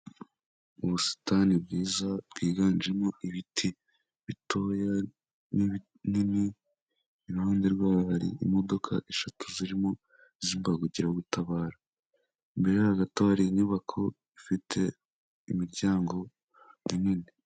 Ubusitani bwiza bwiganjemo ibiti bitoya n'ibinini , iruhande rwayo imodoka eshatu zirimo iz' imbangukira gutabara, imbere yayo gato hari inyubako ifite imiryango minini.